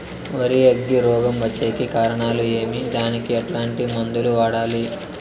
వరి అగ్గి రోగం వచ్చేకి కారణాలు ఏమి దానికి ఎట్లాంటి మందులు వాడాలి?